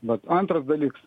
vat antras dalyks